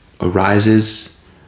arises